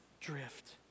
drift